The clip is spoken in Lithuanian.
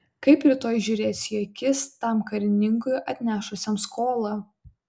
kaip rytoj žiūrėsiu į akis tam karininkui atnešusiam skolą